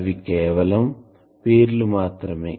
అవి కేవలం పేర్లు మాత్రమే